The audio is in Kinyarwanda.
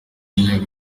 ngengo